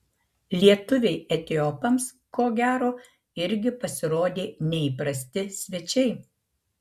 lietuviai etiopams ko gero irgi pasirodė neįprasti svečiai